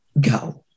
go